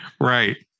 Right